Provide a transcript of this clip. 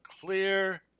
clear